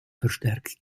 verstärkt